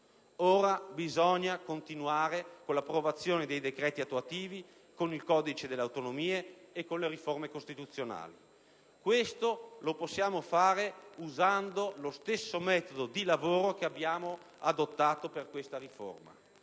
Ora bisogna continuare con l'approvazione dei decreti attuativi, con il codice delle autonomie e con le riforme costituzionali. Tutto ciò lo possiamo fare usando lo stesso metodo di lavoro che abbiamo adottato per questa riforma